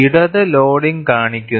ഇടത് ലോഡിംഗ് കാണിക്കുന്നു